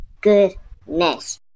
Goodness